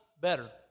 better